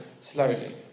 slowly